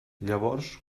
llavors